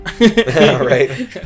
Right